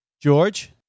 George